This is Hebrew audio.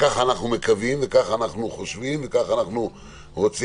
כך אנחנו מקווים וכך אנחנו חושבים וכך אנחנו רוצים.